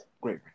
Great